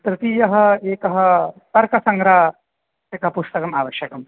तृतीयम् एकं तर्कसङ्ग्रहस्य एकं पुस्तकम् आवश्यकम्